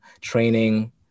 training